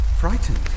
frightened